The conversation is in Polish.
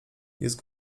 jest